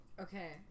Okay